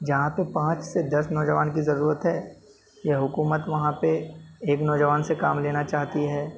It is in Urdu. جہاں پہ پانچ سے دس نوجوان کی ضرورت ہے یہ حکومت وہاں پہ ایک نوجوان سے کام لینا چاہتی ہے